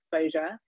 exposure